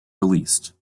released